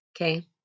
Okay